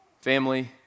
family